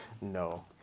No